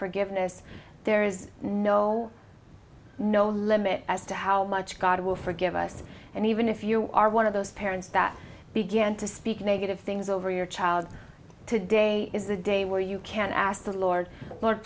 forgiveness there is no no limit as to how much god will forgive us and even if you are one of those parents that begin to speak negative things over your child to day is the day where you can ask the lord lord